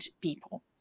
people